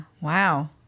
Wow